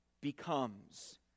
becomes